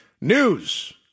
News